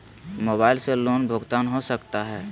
Mobile से loan भुगतान हो सकता है?